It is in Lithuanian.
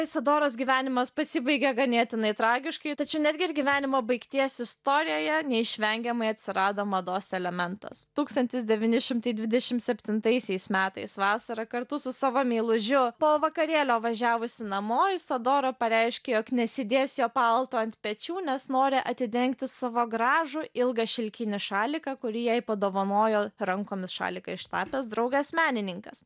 isadoros gyvenimas pasibaigė ganėtinai tragiškai tačiau netgi ir gyvenimo baigties istorijoje neišvengiamai atsirado mados elementas tūkstantis devyni šimtai dvidešimt septintaisiais metais vasarą kartu su savo meilužiu po vakarėlio važiavusi namo isadora pareiškė jog nesėdės jo palto ant pečių nes nori atidengti savo gražų ilgą šilkinį šaliką kurį jai padovanojo rankomis šaliką ištapęs draugas menininkas